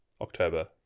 october